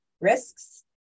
risks